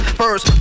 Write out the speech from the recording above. first